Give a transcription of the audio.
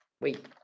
wait